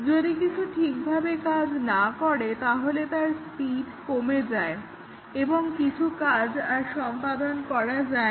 যদি কিছু ঠিকভাবে কাজ না করে তাহলে তার স্পিড কমে যায় বা কিছু কাজ আর সম্পাদন করা যায় না